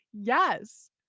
yes